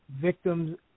victims